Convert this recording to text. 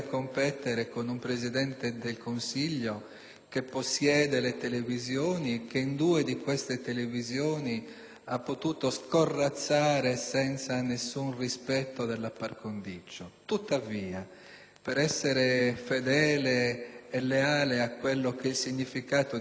ha potuto scorrazzare senza alcun rispetto della *par condicio*. Tuttavia, per essere fedele e leale al significato di questo intervento, la prego, signora Presidente, di intervenire sul Ministro dell'interno